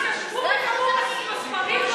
ישבו וקראו בספרים,